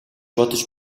бодож